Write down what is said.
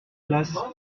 place